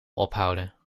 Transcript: ophouden